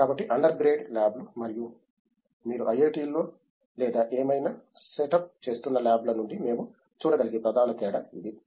కాబట్టి undergrad ల్యాబ్లు మరియు మీరు ఐఐటిలో లేదా ఏమైనా సెటప్ చేస్తున్న ల్యాబ్ల నుండి మేము చూడగలిగే ప్రధాన తేడా ఇదే